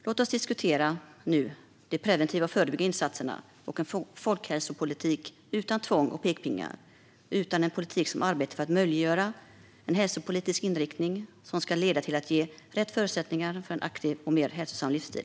Låt oss diskutera de preventiva insatserna och en folkhälsopolitik utan tvång och pekpinnar, en politik som arbetar för att möjliggöra en hälsopolitisk inriktning som ger rätt förutsättningar för en aktiv och mer hälsosam livsstil.